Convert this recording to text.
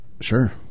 Sure